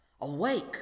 Awake